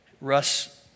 Russ